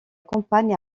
campagne